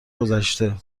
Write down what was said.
گذشته